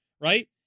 right